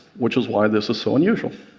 which is why this is so unusual.